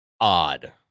odd